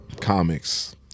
comics